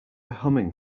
humming